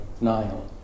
Nile